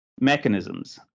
mechanisms